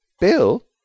Bill